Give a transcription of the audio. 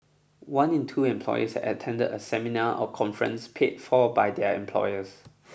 one in two employees had attended a seminar or conference paid for by their employers